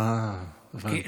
אה, הבנתי.